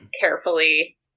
carefully